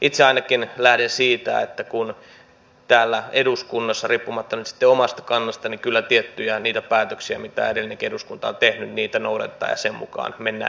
itse ainakin lähden siitä että täällä eduskunnassa kyllä riippumatta nyt sitten omasta kannastani tiettyjä niitä päätöksiä mitä edellinen eduskunta on tehnyt noudatetaan ja niiden mukaan mennään eteenpäin